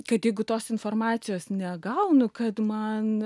kad jeigu tos informacijos negaunu kad man